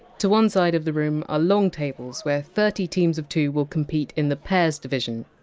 to one side of the room are long tables where thirty teams of two will compete in the pairs division.